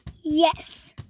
Yes